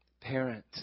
Parent